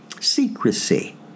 secrecy